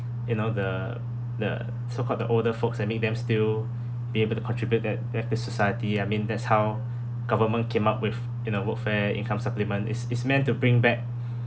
you know the the so-called the older folks and need them still be able to contribute that back to society I mean that's how government came up with you know workfare income supplement is is meant to bring back